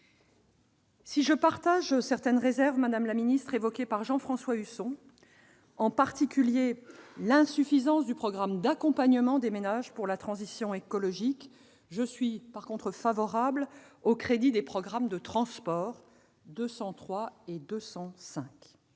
Si je partage certaines des réserves formulées par Jean-François Husson, en particulier sur l'insuffisance du programme d'accompagnement des ménages pour la transition écologique, je suis favorable aux crédits des programmes de transport 203 et 205.